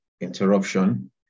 interruption